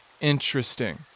interesting